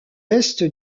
est